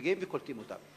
מגיעים וקולטים אותם.